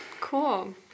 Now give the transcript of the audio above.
Cool